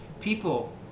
people